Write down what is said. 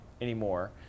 anymore